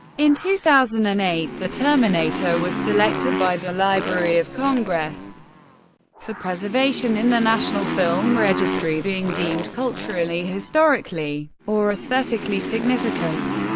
in two thousand and eight, the terminator was selected by the library of congress for preservation in the national film registry, being deemed culturally, historically, or aesthetically significant.